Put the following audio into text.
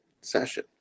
session